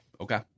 Okay